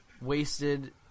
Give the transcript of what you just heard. Wasted